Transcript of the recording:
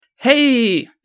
Hey